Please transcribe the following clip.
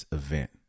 event